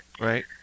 Right